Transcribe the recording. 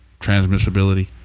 transmissibility